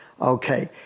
Okay